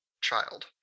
child